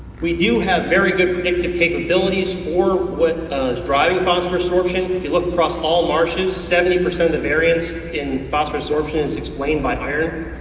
we do have very good predictive capabilities for what is driving phosphorous sorption. if you look across all marshes, seventy percent of the variance in phosphorous sorption is explained by iron.